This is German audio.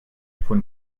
von